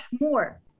more